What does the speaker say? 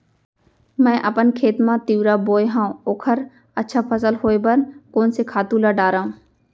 मैं अपन खेत मा तिंवरा बोये हव ओखर अच्छा फसल होये बर कोन से खातू ला डारव?